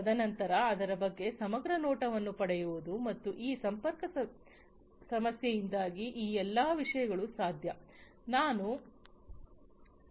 ತದನಂತರ ಅದರ ಬಗ್ಗೆ ಸಮಗ್ರ ನೋಟವನ್ನು ಪಡೆಯುವುದು ಮತ್ತು ಈ ಸಂಪರ್ಕ ಸಮಸ್ಯೆಯಿಂದಾಗಿ ಈ ಎಲ್ಲ ವಿಷಯಗಳು ಸಾಧ್ಯ ನಾನು ಮೊದಲೇ ಹೇಳಿದ್ದೇನೆ